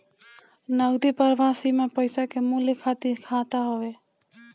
नगदी प्रवाह सीमा पईसा के मूल्य खातिर खाता हवे